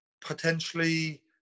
potentially